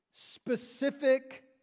Specific